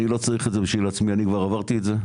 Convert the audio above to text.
אני לא צריך את זה בשביל עצמי אני כבר עברתי את זה,